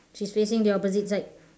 she's facing the opposite side